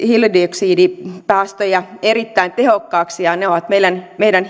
hiilidioksidipäästöjä erittäin tehokkaasti ja ja ovat meidän meidän